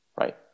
right